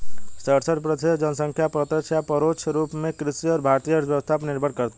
सड़सठ प्रतिसत जनसंख्या प्रत्यक्ष या परोक्ष रूप में कृषि और भारतीय अर्थव्यवस्था पर निर्भर है